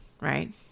right